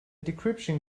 decryption